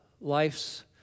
life's